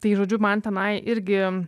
tai žodžiu man tenai irgi